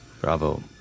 Bravo